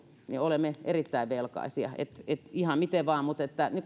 olemme erittäin velkaisia eli ihan miten vaan